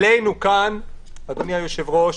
עלינו כאן, אדוני היושב ראש,